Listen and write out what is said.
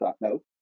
No